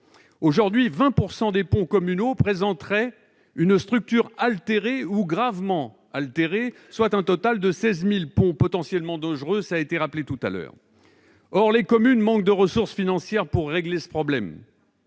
Aujourd'hui, 20 % des ponts communaux présenteraient une structure altérée ou gravement altérée, soit un total de 16 000 ponts potentiellement dangereux. Or les communes manquent de ressources financières pour régler ce problème.